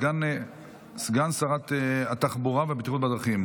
סגן שרת התחבורה והבטיחות בדרכים